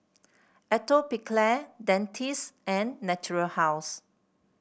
Atopiclair Dentiste and Natura House